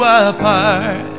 apart